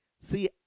See